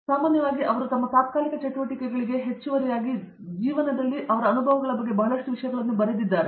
ಸಾಮಾನ್ಯವಾಗಿ ಅವರು ತಮ್ಮ ತಾತ್ಕಾಲಿಕ ಚಟುವಟಿಕೆಗಳಿಗೆ ಹೆಚ್ಚುವರಿಯಾಗಿ ಜೀವನದಲ್ಲಿ ಅವರ ಅನುಭವಗಳ ಬಗ್ಗೆ ಬಹಳಷ್ಟು ವಿಷಯಗಳನ್ನು ಬರೆದಿದ್ದಾರೆ